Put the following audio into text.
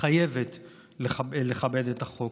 חייבת לכבד את החוק.